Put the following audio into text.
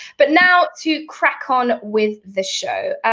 but now, to crack on with the show.